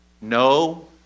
no